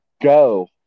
Go